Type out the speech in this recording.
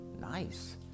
Nice